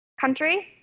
country